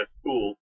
school